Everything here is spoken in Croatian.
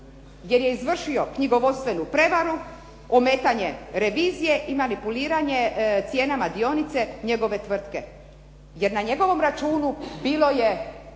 jer je izvršio knjigovodstvenu prevaru, ometanje revizije i manipuliranje cijenama dionice njegove tvrtke. Jer na njegovom računu bilo je